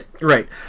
Right